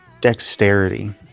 dexterity